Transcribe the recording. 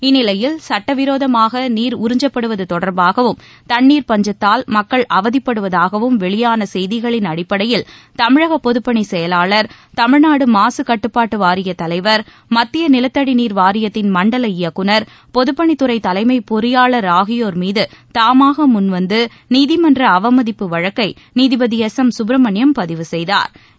இந்நிலையில் சுட்டவிரோதமாக நீர் உறிஞ்சுப்படுவது தொடர்பாகவும் தண்ணீர் பஞ்சத்தால் மக்கள் அவதிப்படுவதாகவும் வெளியான செய்திகளின் அடிப்படையில் தமிழக பொதப்பணி செயலாளர் தமிழ்நாடு மாசு கட்டுப்பாட்டு வாரியத் தலைவர் மத்திய நிலத்தடி நீர் வாரியத்தின் மண்டல இயக்குநர் பொதுப்பணித்துறை தலைமை பொறியாளர் ஆகியோர் மீது தாமாக முன்வந்து நீதிமன்ற அவமதிப்பு வழக்கை நீதிபதி எஸ் எம் சுப்பிரமணியம் பதிவு செய்தாா்